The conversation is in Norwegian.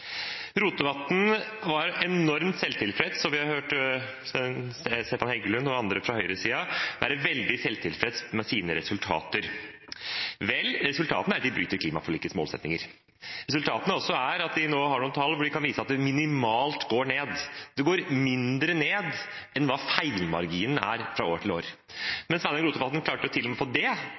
Rotevatn var enormt selvtilfreds, og vi har hørt Stefan Heggelund og andre fra høyresiden være veldig selvtilfreds med sine resultater. Vel, resultatene er at de bryter klimaforlikets målsetninger. Resultatene er også at de nå har noen tall hvor de kan vise at det går ned minimalt. Det går mindre ned enn hva feilmarginen er fra år til år. Men Sveinung Rotevatn klarte til og med å få det